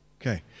Okay